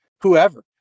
whoever